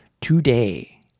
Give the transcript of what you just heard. today